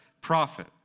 prophet